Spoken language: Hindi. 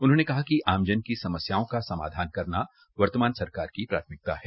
उन्होंने कहा कि आमजन की समस्याओं का समाधान करना वर्तमान सरकार की प्राथमिकता है